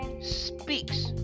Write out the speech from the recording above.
speaks